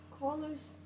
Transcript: colors